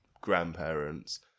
grandparents